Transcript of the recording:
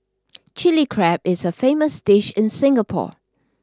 Chilli Crab is a famous dish in Singapore